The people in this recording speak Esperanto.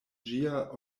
ĝia